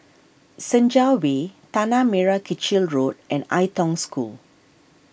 Senja Way Tanah Merah Kechil Road and Ai Tong School